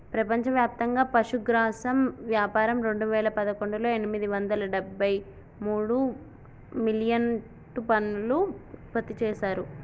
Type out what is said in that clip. ప్రపంచవ్యాప్తంగా పశుగ్రాసం వ్యాపారం రెండువేల పదకొండులో ఎనిమిది వందల డెబ్బై మూడు మిలియన్టన్నులు ఉత్పత్తి చేశారు